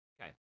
Okay